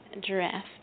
Giraffe